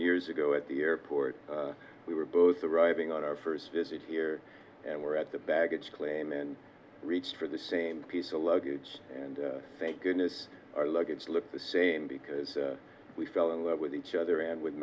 years ago at the airport we were both arriving on our first visit here and were at the baggage claim and reached for the same piece of luggage and thank goodness our luggage looked the same because we fell in love with each other and w